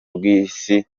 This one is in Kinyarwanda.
rw’isi